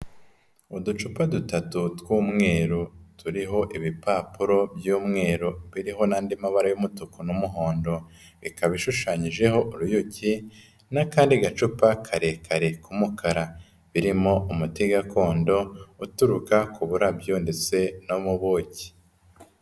Uducupa dutatu tw'umweru, turiho ibipapuro by'umweru, biriho n'andi mabara y'umutuku n'umuhondo, bikaba bishushanyijeho uruyuki n'akandi gacupa karekare k'umukara, birimo umuti gakondo, uturuka ku burabyo ndetse no mu buki.